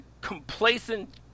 complacent